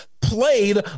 played